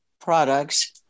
products